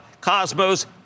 Cosmos